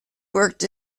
worked